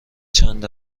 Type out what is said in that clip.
چند